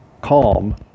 calm